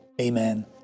amen